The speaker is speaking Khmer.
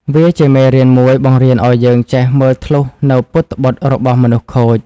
វាជាមេរៀនមួយបង្រៀនឱ្យយើងចេះមើលធ្លុះនូវពុតត្បុតរបស់មនុស្សខូច។